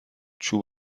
چوب